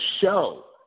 show